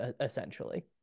essentially